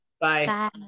Bye